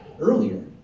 earlier